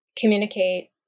communicate